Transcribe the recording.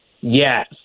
Yes